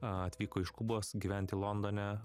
atvyko iš kubos gyventi londone